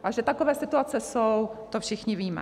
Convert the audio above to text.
A že takové situace jsou, to všichni víme.